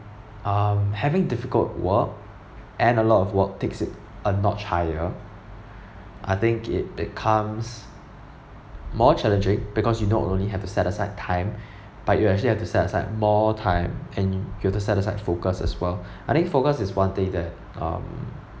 um having difficult work and a lot of work takes it a notch higher I think it becomes more challenging because you not only have to set aside time but you actually have to set aside more time and you have to set aside focus as well I think focus is one thing that um